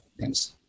Thanks